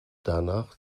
danach